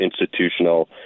institutional